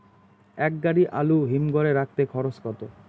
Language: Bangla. এক গাড়ি আলু হিমঘরে রাখতে খরচ কত?